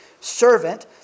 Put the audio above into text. servant